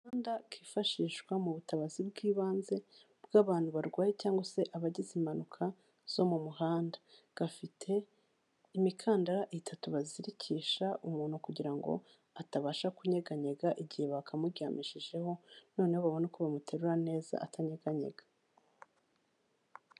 Agatanda kifashishwa mu butabazi bw'ibanze bw'abantu barwaye cyangwa se abagize impanuka zo mu muhanda. Gafite imikandara itatu bazirikisha umuntu kugira ngo atabasha kunyeganyega igihe bakamuryamishijeho, noneho babone uko bamuterura neza atanyeganyega.